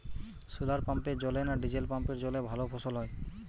শোলার পাম্পের জলে না ডিজেল পাম্পের জলে ভালো ফসল হয়?